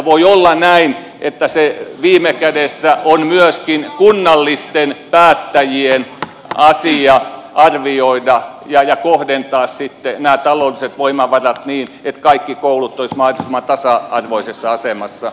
voi olla näin että se viime kädessä on myöskin kunnallisten päättäjien asia arvioida ja kohdentaa sitten nämä taloudelliset voimavarat niin että kaikki koulut olisivat mahdollisimman tasa arvoisessa asemassa